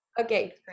Okay